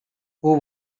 who